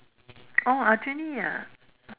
oh Aljunied ah